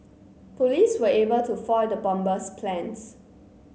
police were able to foil the bomber's plans